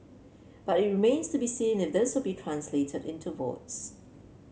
but it remains to be seen if this will translate into votes